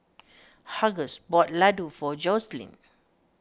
Hughes bought Ladoo for Joselin